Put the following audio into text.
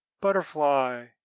butterfly